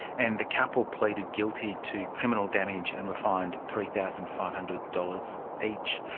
and the couple pleaded guilty to criminal damage and were fined three thousand five hundred dollars each.